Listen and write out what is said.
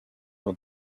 what